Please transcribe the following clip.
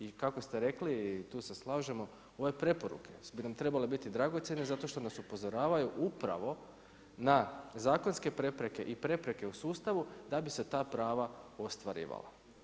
I kako ste rekli i tu se slažemo, ove preporuke, koje bi nam trebale biti dragocjene, zato što nas upozoravaju, upravo na zakonske prepreke i prepreke u sustavu, da bi se ta prava ostvarivala.